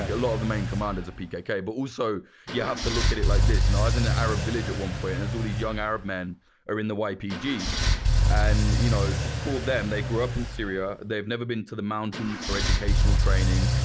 a lot of the main commanders are pkk. but also you have to look at it like this, and as an ah arab village at one point, and so these young arab men are in the ypg and you know to call them. they grew up in syria, they've never been to the mountains for educational training,